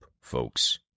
folks